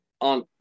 on